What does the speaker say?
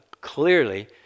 clearly